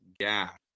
gap